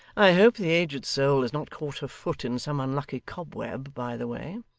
i hope the aged soul has not caught her foot in some unlucky cobweb by the way.